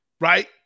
Right